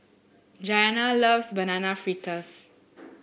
Gianna loves Banana Fritters